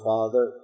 Father